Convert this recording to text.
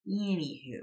Anywho